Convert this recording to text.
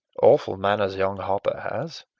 awful manners young hopper has!